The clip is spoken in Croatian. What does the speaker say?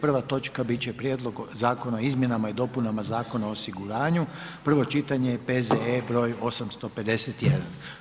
Prva točka bit će Prijedlog zakona o izmjenama i dopunama Zakona o osiguranju, prvo čitanje, P.Z.E. br. 851.